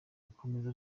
akomeza